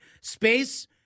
space